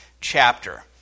chapter